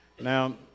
Now